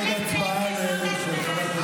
התשפ"ג 2023,